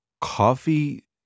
coffee